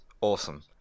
Awesome